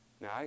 Now